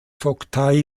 vogtei